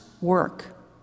work